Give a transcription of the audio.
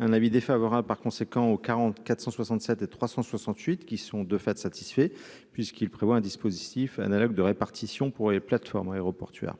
un avis défavorable, par conséquent, au 44 167 et 368 qui sont, de fait, satisfait, puisqu'il prévoit un dispositif analogue de répartition pour les plateformes aéroportuaires